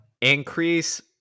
Increase